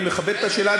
אני מכבד את השאלה,